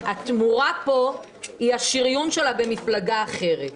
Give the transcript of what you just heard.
התמורה פה היא השריון שלה במפלגה אחרת.